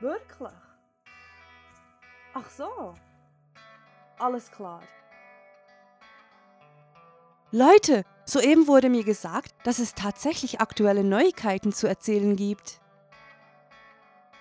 Wirklich? Ach so. Alles klar. Leute, soeben wurde mir gesagt, dass es tatsächlich aktuelle Neuigkeiten zu erzählen gibt.